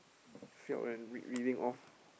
felt then read reading off